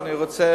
אני רוצה